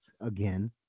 again